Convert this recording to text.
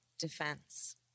Defense